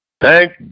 Thank